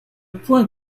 point